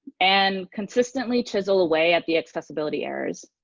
and consistently chisel away at the accessibility errors.